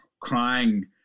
crying